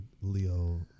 Leo